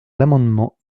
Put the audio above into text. l’amendement